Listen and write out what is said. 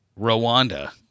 Rwanda